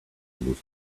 move